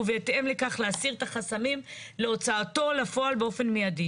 ובהתאם לכך להסיר את החסמים להוצאתו לפועל באופן מיידי.